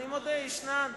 אני מודה, ישנו,